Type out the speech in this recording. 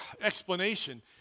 explanation